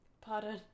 Pardon